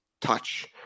Touch